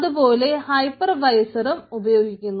അതുപോലെ ഹൈപ്പർവൈസറുകളും ഉപയോഗിക്കുന്നു